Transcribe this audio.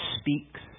speaks